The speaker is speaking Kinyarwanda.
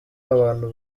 abantu